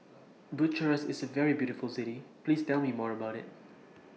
Bucharest IS A very beautiful City Please Tell Me More about IT